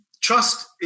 Trust